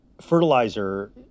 fertilizer